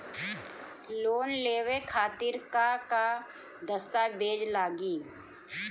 Loan लेवे खातिर का का दस्तावेज लागी?